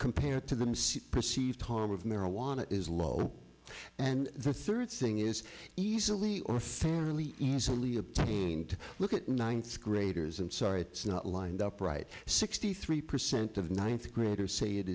compared to the perceived harm of marijuana it is low and the third thing is easily or fairly easily obtained look at ninth graders i'm sorry it's not lined up right sixty three percent of ninth graders say it